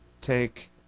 take